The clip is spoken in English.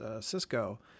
Cisco